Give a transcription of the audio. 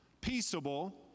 peaceable